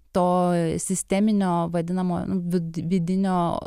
to sisteminio vadinamo vid vidinio